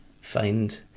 find